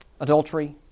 adultery